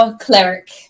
Cleric